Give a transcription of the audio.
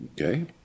okay